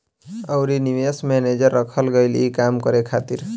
अउरी निवेश मैनेजर रखल गईल ई काम करे खातिर